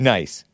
Nice